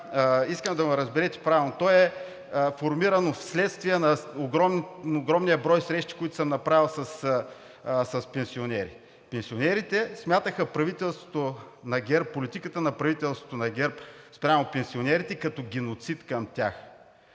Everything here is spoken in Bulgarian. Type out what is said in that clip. искам да ме разберете правилно. То е формирано вследствие на огромния брой срещи, които съм направил с пенсионери. Пенсионерите смятаха правителството на ГЕРБ, политиката на правителството на ГЕРБ спрямо пенсионерите като геноцид към тях.